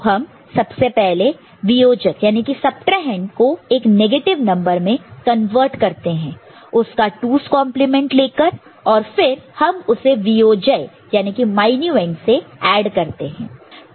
तो हम सबसे पहले हम वीयोजक सबट्राहैंड subtrahend को एक नेगेटिव नंबर में कन्वर्ट करते हैं उसका 2's कंपलीमेंट 2's complementलेकर और फिर हम उसे वियोज्य मायन्यूएंड minuend से ऐड करते हैं